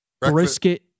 Brisket